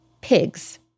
Pigs